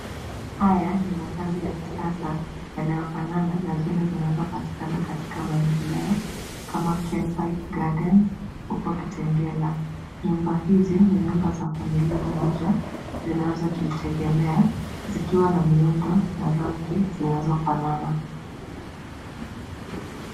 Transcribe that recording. Haya ni makazi ya kisasa yanayofanana na zile zinazopatikana katika maendeleo kama Kenpipe Gardens, huko Kitengela. Nyumba hizi ni nyumba za familia moja, zinazojitegemea, zikiwa na miundo, na rangi zinazofanana.